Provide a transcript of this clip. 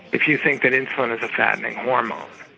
if you think that insulin is a fattening hormone?